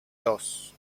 dos